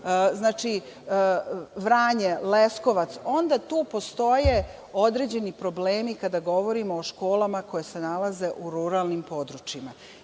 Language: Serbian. Trava, Vranje, Leskovac, onda tu postoje određeni problemi kada govorimo o školama koje se nalaze u ruralnim područjima. Znači